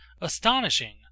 Astonishing